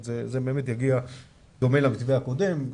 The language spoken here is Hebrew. זה באמת דומה למתווה הקודם.